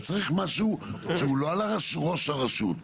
אז צריך משהו שהוא לא על ראש הרשות.